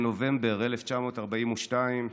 בנובמבר 1942,